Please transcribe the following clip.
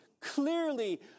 clearly